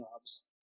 jobs